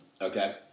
Okay